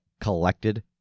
collected